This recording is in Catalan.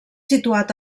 situat